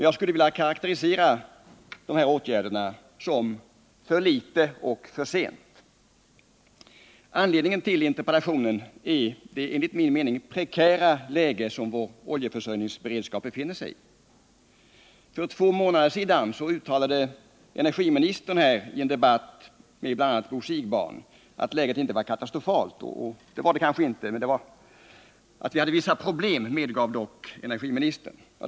Jag skulle vilja karakterisera åtgärderna som ”för litet” och ”för sent”. Anledningen till att interpellationen framställts är det enligt min mening Nr 156 prekära läge som vår oljeförsörjningsberedskap befinner sig i. För två Lördagen den månader sedan uttalade energiministern i en debatt med bl.a. Bo Siegbahn att 26 maj 1979 vårt läge då inte var katastrofalt. Det var det kanske inte, men energiministern medgav att vi hade vissa problem.